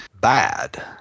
bad